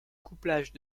couplage